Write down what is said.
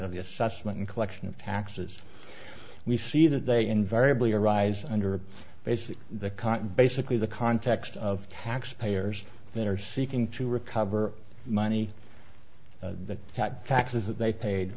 of the assessment in collection of taxes we see that they invariably arise under basically the cot basically the context of taxpayers they're seeking to recover money that taxes that they paid